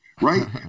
Right